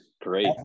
great